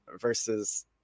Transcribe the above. versus